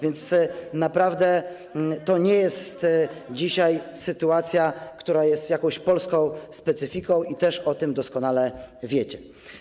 Więc naprawdę to nie jest dzisiaj sytuacja, która jest jakąś polską specyfiką i też o tym doskonale wiecie.